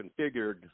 configured